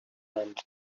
and